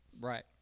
right